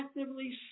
actively